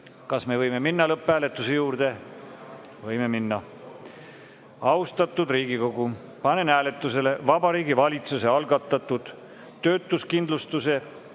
Kas me võime minna lõpphääletuse juurde? Võime minna. Austatud Riigikogu, panen hääletusele Vabariigi Valitsuse algatatud töötuskindlustuse